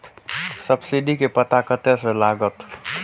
Subsidy के पता कतय से लागत?